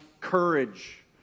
courage